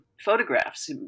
photographs